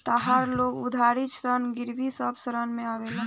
तहार लोन उधारी ऋण गिरवी सब ऋण में आवेला